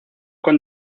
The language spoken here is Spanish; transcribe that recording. con